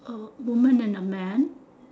a woman and a man